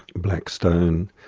blackstone,